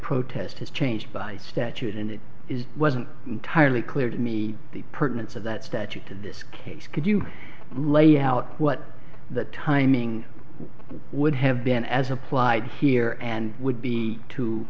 protest has changed by statute and it is wasn't entirely clear to me the permanence of that statute to this case could you lay out what the timing would have been as applied here and would be to